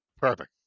Perfect